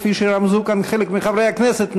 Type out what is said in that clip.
כפי שרמזו כאן חלק מחברי הכנסת,